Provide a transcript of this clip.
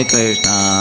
Krishna